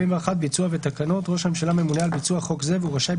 ביצוע ותקנות "ראש הממשלה ממונה על ביצוע חוק זה והוא רשאי,